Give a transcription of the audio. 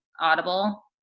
Audible